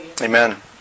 Amen